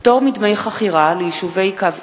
(פטור מדמי חכירה ליישובי קו עימות),